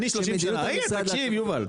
תקשיב יובל,